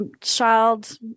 child